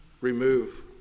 remove